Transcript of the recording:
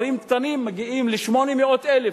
בכפרים קטנים מגיעים ל-800,000,